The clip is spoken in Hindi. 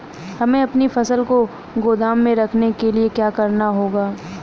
हमें अपनी फसल को गोदाम में रखने के लिये क्या करना होगा?